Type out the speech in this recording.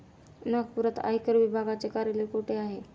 नागपुरात आयकर विभागाचे कार्यालय कुठे आहे?